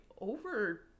over